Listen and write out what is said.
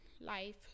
life